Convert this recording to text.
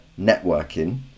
networking